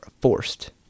forced